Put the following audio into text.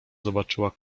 zobaczyła